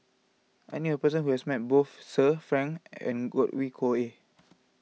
I knew a person who has met both Sir Frank and Godwin Koay